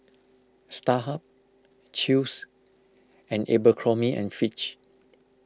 Starhub Chew's and Abercrombie and Fitch